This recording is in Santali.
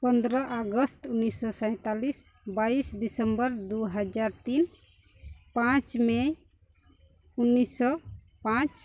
ᱯᱚᱸᱫᱽᱨᱚ ᱟᱜᱚᱥᱴ ᱩᱱᱤᱥᱥᱚ ᱥᱟᱸᱭᱛᱟᱞᱞᱤᱥ ᱵᱟᱭᱤᱥ ᱰᱤᱥᱮᱢᱵᱚᱨ ᱫᱩ ᱦᱟᱡᱟᱨ ᱛᱤᱱ ᱯᱟᱸᱪ ᱢᱮ ᱩᱱᱤᱥᱥᱚ ᱯᱟᱸᱪ